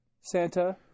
Santa